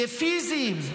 פיזיים,